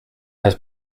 has